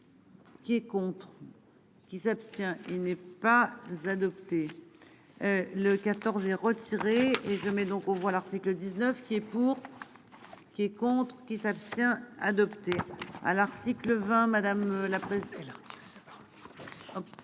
Qui contre. Qui s'abstient. Il n'est pas l'adopter. Le 14 et retirer et je mets donc aux voix l'article 19 qui est pour. Qui est contre qui s'abstient adopté